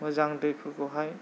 मोजां दैफोरखौहाय